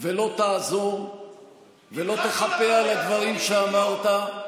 ולא תעזור ולא תחפה על הדברים שאמרת.